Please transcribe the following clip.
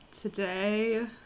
today